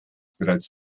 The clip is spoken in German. bereits